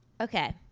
okay